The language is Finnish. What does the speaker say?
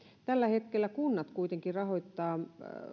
tällä hetkellä kunnat kuitenkin rahoittavat